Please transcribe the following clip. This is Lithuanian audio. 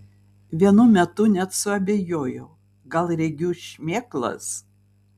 vienu metu net suabejojau gal regiu šmėklas